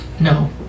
No